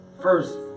first